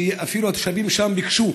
שבו התושבים שם אפילו ביקשו